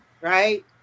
Right